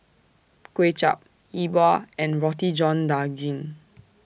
Kuay Chap E Bua and Roti John Daging